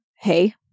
hey